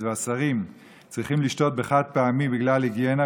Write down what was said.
והשרים צריכים לשתות בחד-פעמי בגלל היגיינה,